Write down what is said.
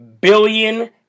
billion